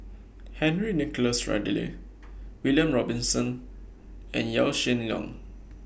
Henry Nicholas Ridley William Robinson and Yaw Shin Leong